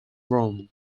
rome